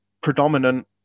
predominant